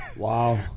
Wow